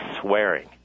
swearing